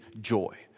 joy